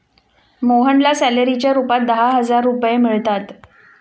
मोहनला सॅलरीच्या रूपात दहा हजार रुपये मिळतात